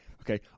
Okay